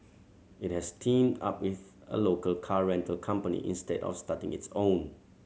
it has teamed up with a local car rental company instead of starting its own